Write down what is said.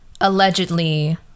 allegedly